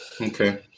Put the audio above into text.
Okay